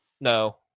no